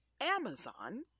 Amazon